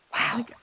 Wow